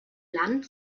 land